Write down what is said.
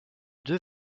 deux